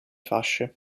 fasce